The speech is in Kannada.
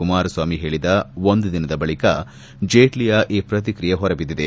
ಕುಮಾರಸ್ವಾಮಿ ಹೇಳದ ಒಂದು ದಿನದ ಬಳಿಕ ಜೇಟ್ವಯ ಈ ಪ್ರತಿಕ್ರಿಯೆ ಹೊರಬಿದ್ದಿದೆ